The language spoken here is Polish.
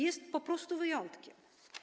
Jest po prostu wyjątkiem.